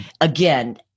again